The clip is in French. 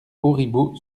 auribeau